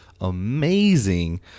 amazing